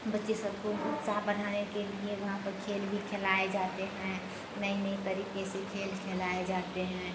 बच्चे सबको उत्साह बढ़ाने के लिए वहाँ पर खेल खेलाए जाते हैं नये नये तरीके से खेल खेलाए जाते हैं